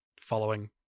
following